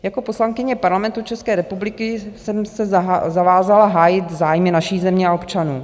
Jako poslankyně Parlamentu České republiky jsem se zavázala hájit zájmy naší země a občanů.